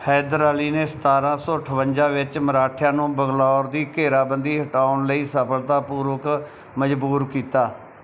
ਹੈਦਰ ਅਲੀ ਨੇ ਸਤਾਰ੍ਹਾਂ ਸੌ ਅਠਵੰਜਾ ਵਿੱਚ ਮਰਾਠਿਆਂ ਨੂੰ ਬੰਗਲੌਰ ਦੀ ਘੇਰਾਬੰਦੀ ਹਟਾਉਣ ਲਈ ਸਫਲਤਾਪੂਰਵਕ ਮਜ਼ਬੂਰ ਕੀਤਾ